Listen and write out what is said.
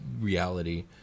reality